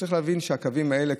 צריך להבין שהקווים האלה,